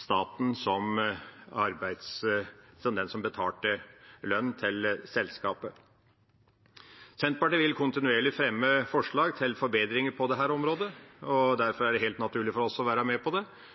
staten fordi staten var den som betalte selskapet. Senterpartiet vil kontinuerlig fremme forslag til forbedringer på dette området, og